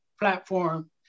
platform